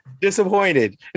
disappointed